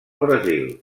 brasil